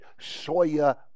soya